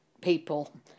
people